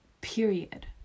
period